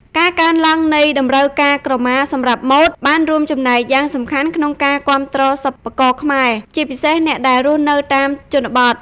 ការកើនឡើងនៃតម្រូវការក្រមាសម្រាប់ម៉ូដ បានរួមចំណែកយ៉ាងសំខាន់ក្នុងការ គាំទ្រសិប្បករខ្មែរ ជាពិសេសអ្នកដែលរស់នៅតាមជនបទ។